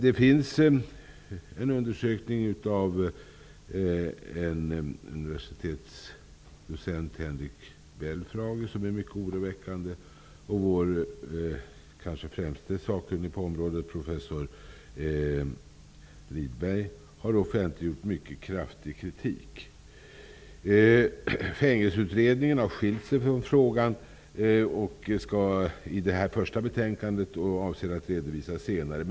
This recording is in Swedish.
Det finns en undersökning som är gjord av en universitetsdocent, Henrik Belfrage. Den undersökningen är mycket oroväckande. Vår kanske främste sakkunnige på området, professor Lidberg, har offentliggjort mycket kraftig kritik. Fängelseutredningen har skilt sig från frågan i det första betänkandet och avser att senare komma med en redovisning.